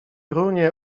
runie